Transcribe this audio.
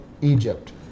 Egypt